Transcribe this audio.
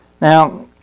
Now